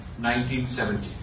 1970